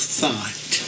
thought